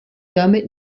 damit